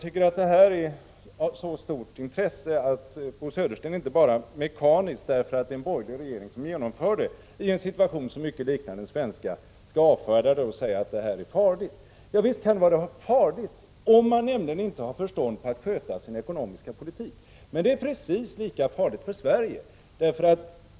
Detta är av så stort intresse att Bo Södersten inte bara mekaniskt, därför att det är en borgerlig regering som genomför detta i en situation som mycket liknar den svenska, skall avfärda det och säga att det är farligt. Visst kan det vara farligt, nämligen om man inte har förstånd att sköta sin ekonomiska politik. Men det är precis lika farligt för Sverige.